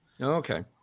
Okay